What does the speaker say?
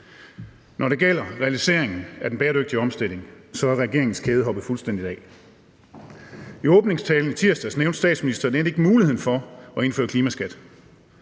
Når det gælder realiseringen af den bæredygtige omstilling, så er regeringens kæde hoppet fuldstændig af. I åbningstalen i tirsdags nævnte statsministeren end ikke muligheden for at indføre klimaskat.